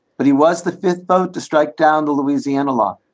but he was the fifth vote to strike down the louisiana law.